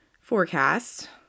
forecast